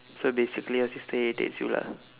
so basically your sister irritates you lah